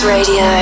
Radio